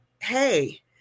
hey